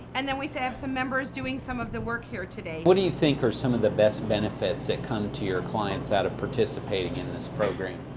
and then we so have some members doing some of the work here today. what do you think are some of the best benefits that come to your clients out of participating in this program?